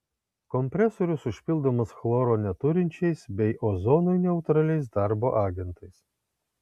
kompresorius užpildomas chloro neturinčiais bei ozonui neutraliais darbo agentais